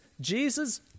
Jesus